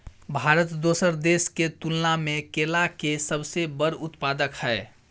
भारत दोसर देश के तुलना में केला के सबसे बड़ उत्पादक हय